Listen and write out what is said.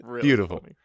Beautiful